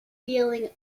feeling